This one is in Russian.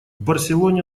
барселоне